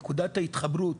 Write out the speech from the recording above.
נקודת ההתחברות